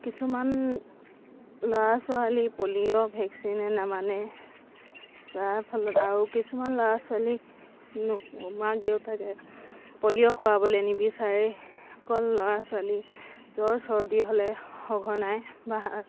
কিছুমান ল'ৰা ছোৱালী পলিঅ' ভেক্সিনে নামানে তাৰফলত আৰু কিছুমান ল'ৰা ছোৱালী মাক দেউতাকে পলিঅ' খোৱাবলৈ নিবিচাৰে অকল ল'ৰা ছোৱালী জ্বৰ চৰ্দি হ'লে সঘনাই বা